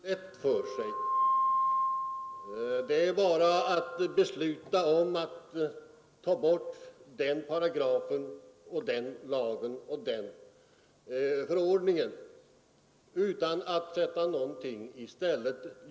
Herr talman! Herr Hallgren gör saken ganska lätt för sig; det är bara att besluta om att ta bort den paragrafen, den lagen och den förordningen utan att sätta någonting i stället.